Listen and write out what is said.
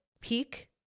peak